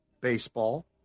baseball